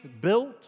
built